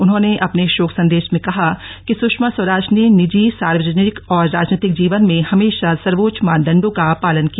उन्होंने अपने शोक संदेश में कहा कि सुषमा स्वराज ने निजी सार्वजनिक और राजनीतिक जीवन में हमेशा सर्वोच्च मानदंडों का पालन किया